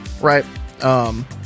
right